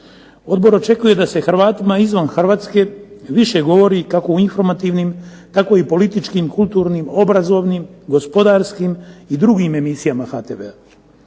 Odbor očekuje da se Hrvatima izvan Hrvatske više govori kako u informativnim tako i u političkim, kulturnim, obrazovnim, gospodarskim i drugim emisijama HRT-a.